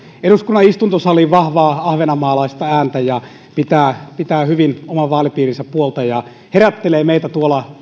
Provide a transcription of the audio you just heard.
eduskunnan istuntosaliin vahvaa ahvenanmaalaista ääntä ja pitää pitää hyvin oman vaalipiirinsä puolta ja herättelee meitä